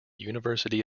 university